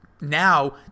now